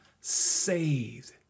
saved